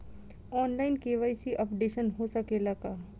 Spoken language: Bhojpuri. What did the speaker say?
आन लाइन के.वाइ.सी अपडेशन हो सकेला का?